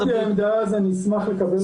אם זאת העמדה אשמח לקבל אותה.